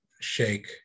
shake